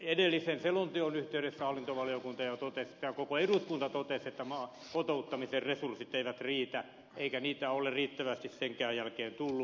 edellisen selonteon yhteydessä jo koko eduskunta totesi että kotouttamisen resurssit eivät riitä eikä niitä ole riittävästi senkään jälkeen tullut